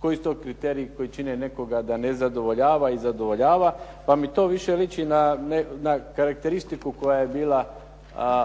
koji su to kriteriji koji čine nekoga da ne zadovoljava i zadovoljava pa mi to više liči na karakteristiku koja je bila